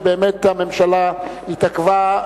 ובאמת הממשלה התעכבה.